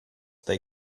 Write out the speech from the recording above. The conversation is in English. they